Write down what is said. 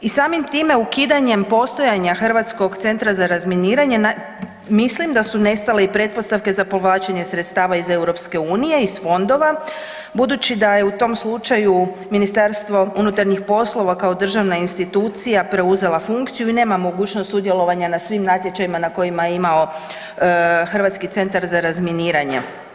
I samim time, ukidanjem postojanja Hrvatskog centra za razminiranje mislim da su nestale i pretpostavke za povlačenje sredstava iz Europske unije iz Fondova, budući da je u tom slučaju Ministarstvo unutarnjih poslova, kao državna institucija preuzela funkciju i nema mogućnost sudjelovanja na svim natječajima na kojima je imao Hrvatski centar za razminiranje.